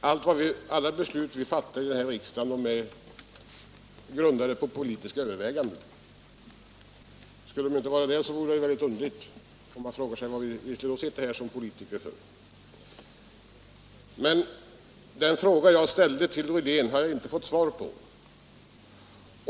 Herr talman! Alla beslut vi fattar i riksdagen är grundade på politiska överväganden. Skulle det inte vara så, vore det väldigt underligt, och man kan fråga sig varför vi då skulle sitta här som politiker. Den fråga jag ställde till herr Rydén har jag inte fått svar på.